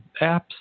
apps